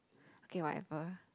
okay whatever